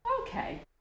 Okay